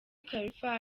khalifa